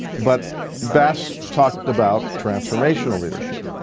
but bass talked about transformational leadership.